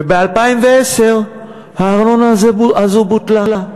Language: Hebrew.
וב-2010 הארנונה הזאת בוטלה,